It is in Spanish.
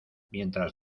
mientras